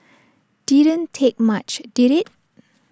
didn't take much did IT